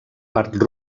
part